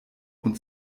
und